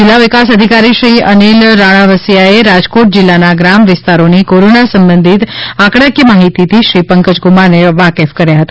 જિલ્લા વિકાસ અધિકારીશ્રી અનિલ રાણાવસીયાએ રાજકોટ જિલ્લાના ગ્રામ્ય વિસ્તારોની કોરોના સંબંધી આંકડાકીય માહિતીથી શ્રી પંકજકુમારને વાકેફ કર્યા હતા